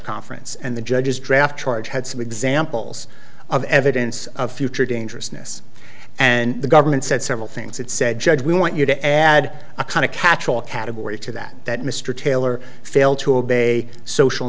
conference and the judge's draft charge had some examples of evidence of future dangerousness and the government said several things it said judge we want you to add a kind of catchall category to that that mr taylor failed to obey social